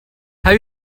have